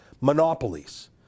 monopolies